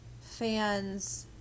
fans